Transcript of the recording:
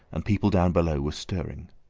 and people down below were stirring.